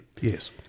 Yes